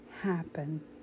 happen